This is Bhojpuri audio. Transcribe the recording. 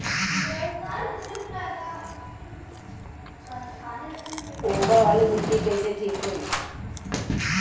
ऊसर वाली मिट्टी कईसे ठीक होई?